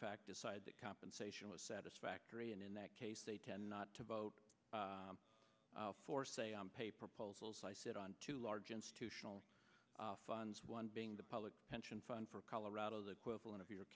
fact decided that compensation was satisfactory and in that case they tend not to vote for say on pay proposals i sit on two large institutional funds one being the public pension fund for colorado the quibbling of your